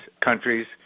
countries